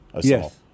Yes